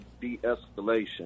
de-escalation